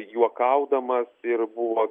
juokaudamas ir buvo